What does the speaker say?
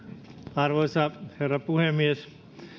arvoisa herra puhemies